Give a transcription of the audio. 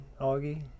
Augie